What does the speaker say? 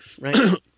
right